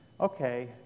okay